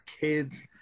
kids